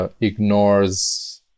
ignores